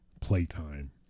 playtime